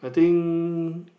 I think